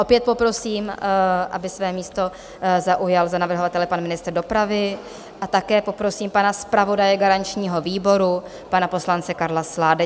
Opět poprosím, aby své místo zaujal za navrhovatele pan ministr dopravy, a také poprosím pana zpravodaje garančního výboru, pana poslance Karla Sládečka.